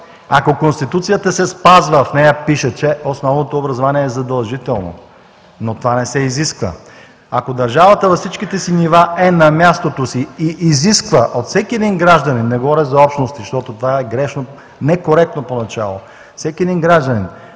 ако Конституцията се спазва, в нея пише, че основното образование е задължително, но това не се изисква. Ако държавата на всичките си нива е на мястото си и изисква от всеки един гражданин – не говоря за общности, защото това е грешно, некоректно поначало – всеки един гражданин,